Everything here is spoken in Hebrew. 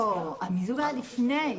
לא, המיזוג היה לפני.